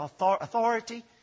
authority